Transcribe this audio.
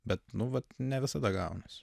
bet nu vat ne visada gaunasi